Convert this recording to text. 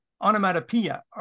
Onomatopoeia